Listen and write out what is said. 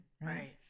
right